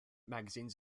magazines